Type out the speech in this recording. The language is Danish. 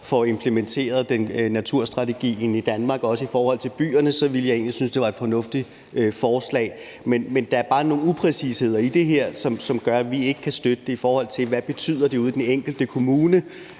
får implementeret naturstrategien i Danmark, også i forhold til byerne, ville jeg egentlig synes det var et fornuftigt forslag. Men der er bare nogle upræcisheder i det her, som gør, at vi ikke kan støtte det, i forhold til hvad det betyder ude i den enkelte kommune,